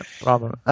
problem